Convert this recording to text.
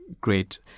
great